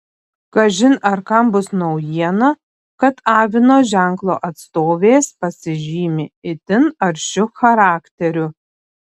kažin ar kam bus naujiena kad avino ženklo atstovės pasižymi itin aršiu charakteriu